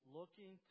Looking